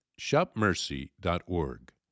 shopmercy.org